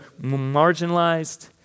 marginalized